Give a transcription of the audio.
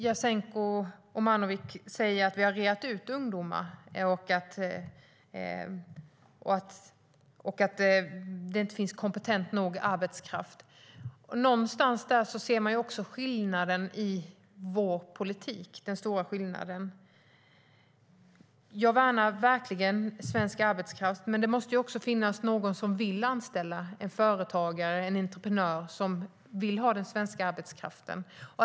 Jasenko Omanovic säger att vi har reat ut ungdomar och att det inte finns arbetskraft som är tillräckligt kompetent. Någonstans där ser man den stora skillnaden mellan er och vår politik. Jag värnar verkligen svensk arbetskraft. Men det måste också finnas någon som vill anställa - en företagare, en entreprenör, som vill ha den svenska arbetskraften.